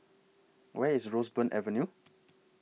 Where IS Roseburn Avenue